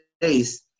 days